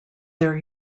their